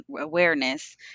awareness